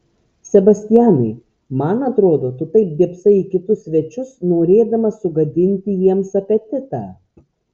sebastianai man atrodo tu taip dėbsai į kitus svečius norėdamas sugadinti jiems apetitą